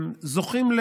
זוכים,